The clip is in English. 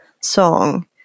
song